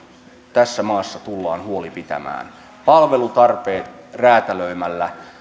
tässä maassa tullaan huoli pitämään palvelutarpeet räätälöimällä